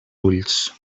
ulls